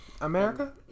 America